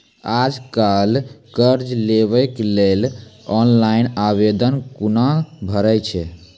आज कल कर्ज लेवाक लेल ऑनलाइन आवेदन कूना भरै छै?